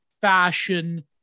fashion